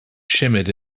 shimmered